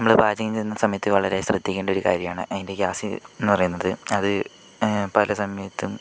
നമ്മള് പാചകം ചെയ്യുന്ന സമയത്ത് വളരെ ശ്രദ്ധിക്കേണ്ട ഒരു കാര്യമാണ് അതിൻ്റെ ഗ്യാസ് എന്ന് പറയുന്നത് അത് പല സമയത്തും